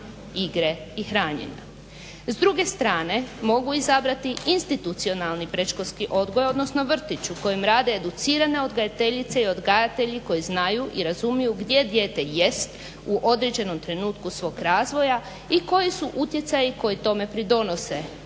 igre i hranjenja. S druge strane, mogu izabrati institucionalni predškolski odgoj, odnosno vrtić u kojem rade educirane odgojiteljice i odgajatelji koji znaju i razumiju gdje dijete jest u određenom trenutku svog razvoja i koji su utjecaji koji tome pridonose,